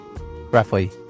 Roughly